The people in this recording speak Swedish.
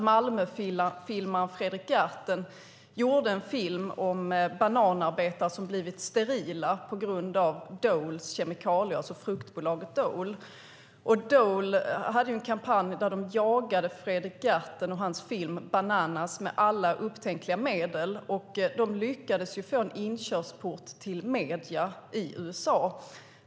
Malmöfilmaren Fredrik Gertten gjorde en film om bananarbetare som blivit sterila på grund av fruktbolaget Doles kemikalier. Dole hade en kampanj där de jagade Fredrik Gertten och hans film Bananas med alla upptänkliga medel, och de lyckades få en inkörsport till medierna i USA.